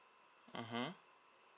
mmhmm